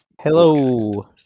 Hello